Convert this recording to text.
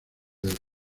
del